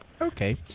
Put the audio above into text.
Okay